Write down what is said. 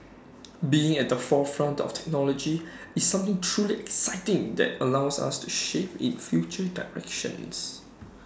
being at the forefront of technology is something truly exciting that allows us to shape its future directions